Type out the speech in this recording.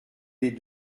les